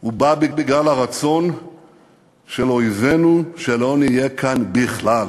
הוא בא בגלל הרצון של אויבינו שלא נהיה כאן בכלל,